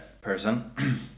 person